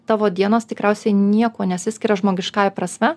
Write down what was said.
tavo dienos tikriausiai niekuo nesiskiria žmogiškąja prasme